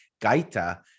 Gaita